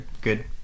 good